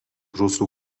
rusų